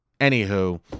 Anywho